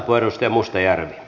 arvoisa puhemies